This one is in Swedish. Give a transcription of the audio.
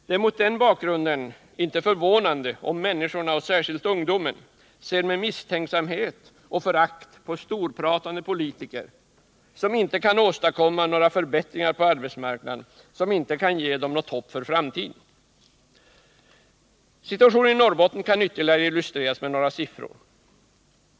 Det är mot denna bakgrund inte förvånande om människorna och särskilt ungdomen ser med misstänksamhet och förakt på storpratande politiker, som inte kan åstadkomma någon förbättring på arbetsmarknaden och som inte kan ge dem något hopp för framtiden. Situationen i Norrbotten kan ytterligare illustreras med några siffror.